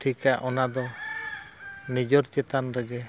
ᱴᱷᱤᱠᱟ ᱚᱱᱟ ᱫᱚ ᱱᱤᱡᱮᱨ ᱪᱮᱛᱟᱱ ᱨᱮᱜᱮ